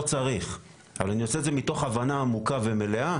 צריך אבל אני עושה את זה מתוך הבנה עמוקה ומלאה